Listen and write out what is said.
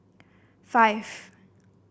five